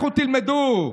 לכו תלמדו.